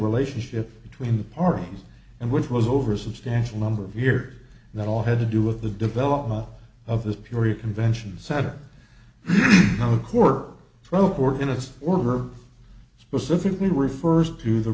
relationship between the parties and which was over a substantial number of years and that all had to do with the development of this period convention center on the court probe organist order specifically refers to the